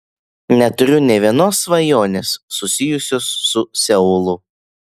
neturiu nė vienos svajonės susijusios su seulu